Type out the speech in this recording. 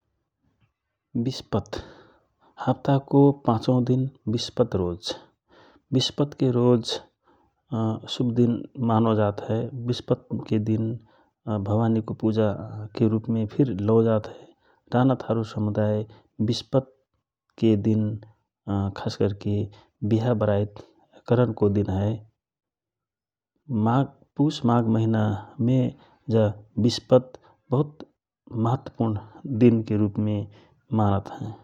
विस्पत हाप्तको पाँचौ दिन विस्पत रोज । विस्पतके रोज शुभ दिन मानो जात हए, विस्पतके दिन भवानिको पुजाके रूपमे फिर लौ जात हए रानाथारू समुदाय विस्पतके दिन खास करके विहा बराइत करनको दिन हए । पुस माघ महिना मे जा विस्पत बहुत महत्वपुर्ण दिनके रूपमे मानत हए ।